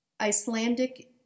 Icelandic